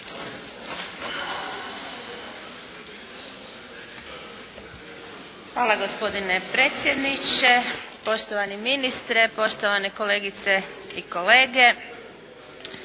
Hvala gospodine predsjedniče. Poštovani ministre, poštovane kolegice i kolege.